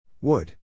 Wood